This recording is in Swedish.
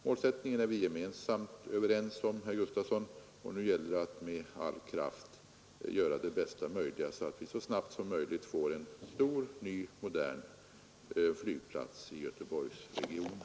Målsättningen är vi tillsammans överens om, herr Gustafson, nu gäller det att med alla krafter göra det bästa möjliga så att vi så snabbt som möjligt får en stor och modern flygplats i Göteborgsregionen.